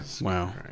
Wow